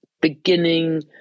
beginning –